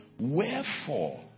Wherefore